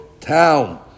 town